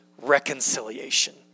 reconciliation